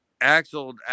Axel